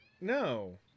no